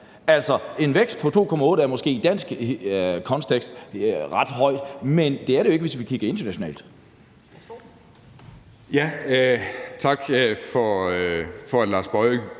Altså, en vækst på 2,8 pct. er måske i en dansk kontekst ret høj, men det er den jo ikke, hvis vi kigger internationalt. Kl. 15:05 Anden